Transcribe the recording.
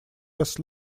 was